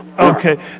Okay